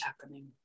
happening